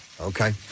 Okay